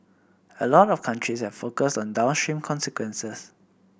a lot of countries have focused on downstream consequences